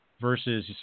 versus